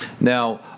Now